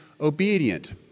obedient